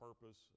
purpose